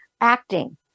acting